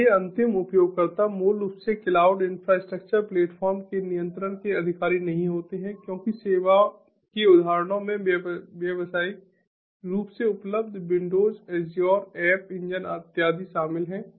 इसलिए अंतिम उपयोगकर्ता मूल रूप से क्लाउड इंफ्रास्ट्रक्चर प्लेटफॉर्म के नियंत्रण के अधिकारी नहीं होते हैं क्योंकि सेवा के उदाहरणों में व्यावसायिक रूप से उपलब्ध Windows Azure Google app engine इत्यादि शामिल हैं